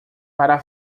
para